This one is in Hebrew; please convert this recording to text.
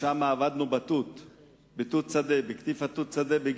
שם עבדנו בקטיף תות-שדה.